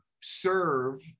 serve